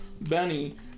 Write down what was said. Benny